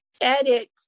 edit